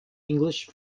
english